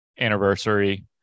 anniversary